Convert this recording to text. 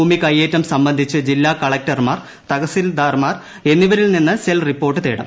ഭൂമി കൈയേറ്റം സംബന്ധിച്ച് ജില്ലാ കളക്ടർമാർ തഹസിൽദാർമാർ എന്നിവരിൽ നിന്ന് സെൽ റിപ്പോർട്ട് തേടും